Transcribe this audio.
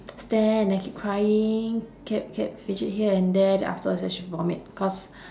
stand then keep crying kept kept fidget here and there then afterwards then she vomit cause